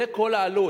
זה כל העלות.